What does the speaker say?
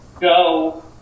go